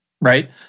right